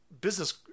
business